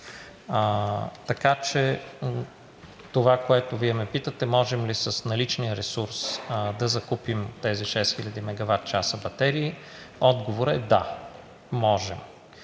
Това, което Вие ме питате: можем ли с наличния ресурс да закупим тези 6000 мегаватчаса батерии, отговорът е – да, можем.